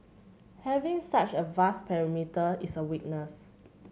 having such a vast perimeter is a weakness